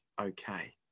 okay